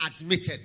admitted